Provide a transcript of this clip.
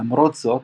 למרות זאת,